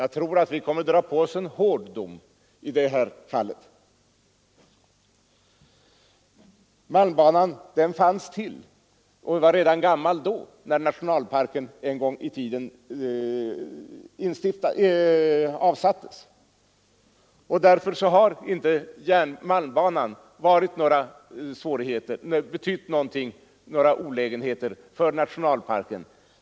Jag tror att vi kommer att dra på oss en hård dom i detta fall. Malmbanan fanns till och var redan gammal när detta område avsattes till nationalpark. Därför har inte den betytt någon olägenhet för nationalparken.